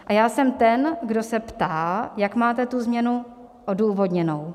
A já jsem ten, kdo se ptá, jak máte tu změnu odůvodněnou.